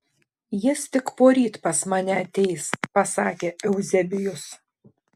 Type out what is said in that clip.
jis tik poryt pas mane ateis pasakė euzebijus